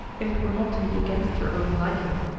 if it were not to be against your own liking.